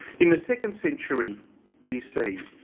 in the second century b c.